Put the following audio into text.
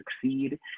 succeed